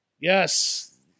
yes